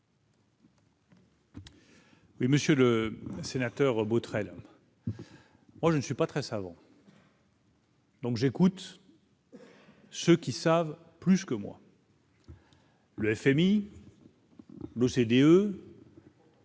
Oui, Monsieur le Sénateur Botrel. Moi, je ne suis pas très savant. Donc j'écoute. Ceux qui savent plus que moi. Le FMI, l'OCDE.